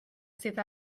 sydd